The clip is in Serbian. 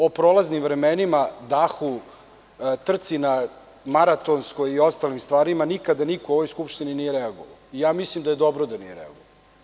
O prolaznim vremenima, dahu, maratonskoj trci i ostalim stvarima nikada niko u ovoj Skupštini nije reagovao i ja mislim da je dobro da nije reagovao.